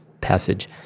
passage